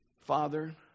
Father